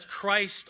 Christ